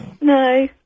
No